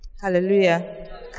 hallelujah